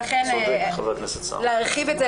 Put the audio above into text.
ולכן להרחיב את זה,